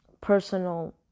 personal